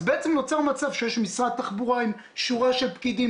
אז בעצם נוצר מצב שיש משרד תחבורה עם שורה של פקידים,